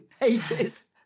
ages